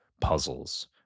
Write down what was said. puzzles